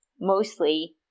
mostly